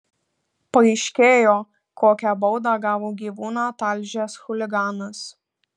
paaiškėjo kokią baudą gavo gyvūną talžęs chuliganas